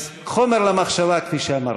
אז, חומר למחשבה, כפי שאמרתי.